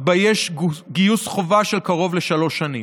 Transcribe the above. שבה יש גיוס חובה של קרוב לשלוש שנים.